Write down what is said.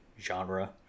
genre